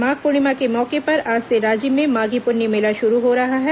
माघ पूर्णिमा के मौके पर आज से राजिम में माघी पुन्नी मेला शुरू हो रहा है